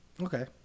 Okay